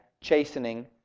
chastening